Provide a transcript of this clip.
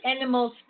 animals